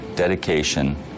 dedication